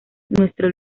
nuestro